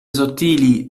sottili